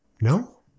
No